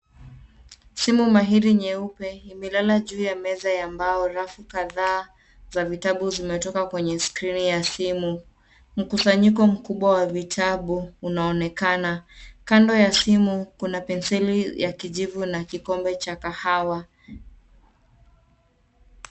Simu mahiri nyeupe, imelala juu ya meza ya mbao. Rafu kadhaa za vitabu zimetoka kwenye skrini ya simu. Mkusanyiko mkubwa wa vitabu unaonekana. Kando ya simu kuna penseli ya kijivu na kikombe cha kahawa.